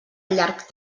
llarg